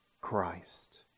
Christ